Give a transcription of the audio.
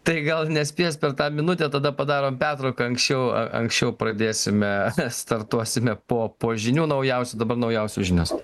tai gal nespės per tą minutę tada padarom pertrauką anksčiau a anksčiau pradėsime startuosime po po žinių naujausių dabar naujausios žinios